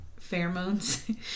pheromones